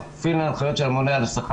אנחנו כפופים להנחיות של הממונה על השכר,